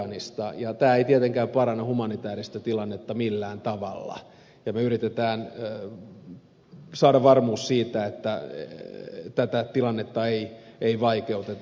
tämä ei tietenkään paranna humanitääristä tilannetta millään tavalla ja me yritämme saada varmuuden siitä että tätä tilannetta ei vaikeuteta